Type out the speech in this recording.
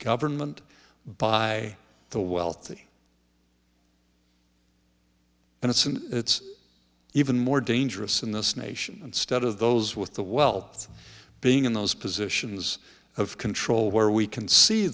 government by the wealthy and it's and it's even more dangerous in this nation instead of those with the wealth being in those positions of control where we can see